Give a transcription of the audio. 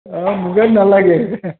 অঁ মুগাৰ নালাগে